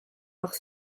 vers